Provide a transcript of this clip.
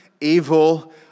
evil